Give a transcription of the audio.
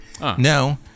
No